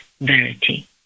verity